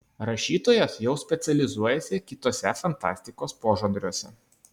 rašytojas jau specializuojasi kituose fantastikos požanriuose